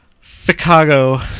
Chicago